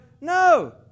No